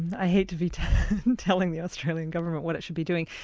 i hate to be telling the australian government what it should be doing.